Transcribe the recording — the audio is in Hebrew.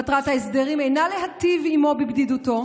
מטרת ההסדרים אינה להיטיב עימו בבדידותו,